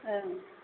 ओं